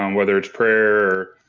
um whether it's prayer,